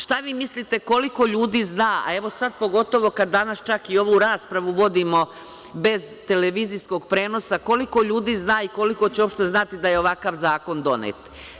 Šta vi mislite koliko ljudi zna, a sada pogotovo kada danas i ovu raspravu vodimo bez televizijskog prenosa, koliko ljudi zna i koliko će uopšte znati da je ovakav zakon donet?